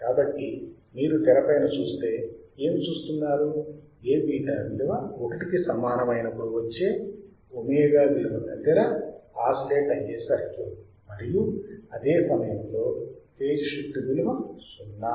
కాబట్టి మీరు తెర పైన చుస్తే ఏమి చూస్తున్నారు Aβ విలువ 1 కి సమానమైనప్పుడు వచ్చే ఒమేగా విలువ దగ్గర ఆసిలేట్ అయ్యే సర్క్యూట్ మరియు అదే సమయములో ఫేజ్ షిఫ్ట్ విలువ 0